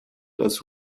dass